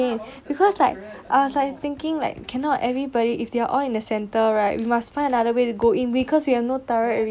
because like I was like thinking like cannot everybody if they are in the centre right we must find another way to go in because we have no turret already ya cause